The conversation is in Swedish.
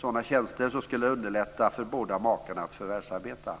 sådana tjänster skulle det underlätta för båda makarna att förvärvsarbeta.